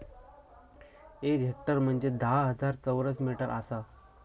एक हेक्टर म्हंजे धा हजार चौरस मीटर आसा